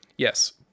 yes